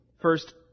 First